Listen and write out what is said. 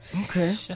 Okay